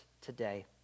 today